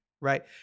right